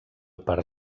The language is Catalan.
per